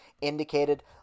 indicated